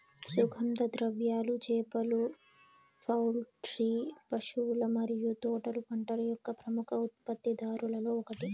సుగంధ ద్రవ్యాలు, చేపలు, పౌల్ట్రీ, పశువుల మరియు తోటల పంటల యొక్క ప్రముఖ ఉత్పత్తిదారులలో ఒకటి